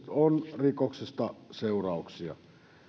on rikoksesta seurauksia